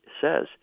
says